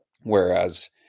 whereas